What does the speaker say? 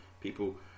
people